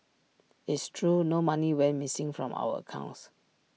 it's true no money went missing from our accounts